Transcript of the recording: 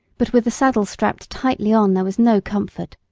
but with the saddle strapped tightly on there was no comfort,